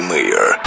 Mayor